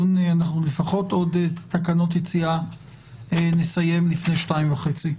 לפחות עוד תקנות הגבלת יציאה נסיים לפני שתיים וחצי.